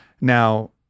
Now